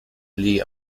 lee